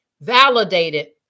validated